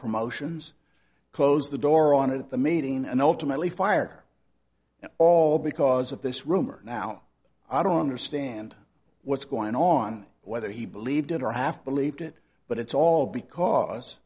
promotions closed the door on it at the meeting and ultimately fire and all because of this rumor now i don't understand what's going on whether he believed it or half believed it but it's all because